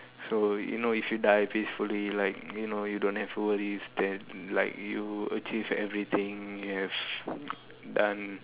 so you know if you die peacefully like you know you don't have worries then like you achieve everything you have done